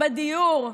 בדיור.